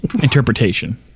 Interpretation